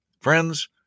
friends